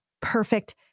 perfect